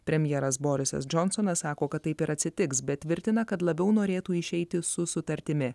premjeras borisas džonsonas sako kad taip ir atsitiks bet tvirtina kad labiau norėtų išeiti su sutartimi